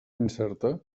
incerta